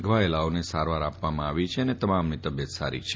ધવાયેલાઓને સારવાર આપવામાં આવી છે અને બધાની તબિયત સારી છે